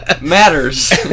matters